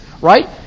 right